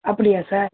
அப்படியா சார்